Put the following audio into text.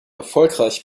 erfolgreich